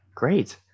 Great